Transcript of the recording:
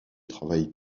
travaillent